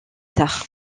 tard